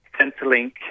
Centrelink